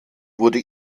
wurde